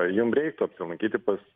jum reiktų apsilankyti pas